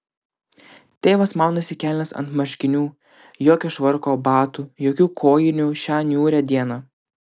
tėvas maunasi kelnes ant marškinių jokio švarko batų jokių kojinių šią niūrią dieną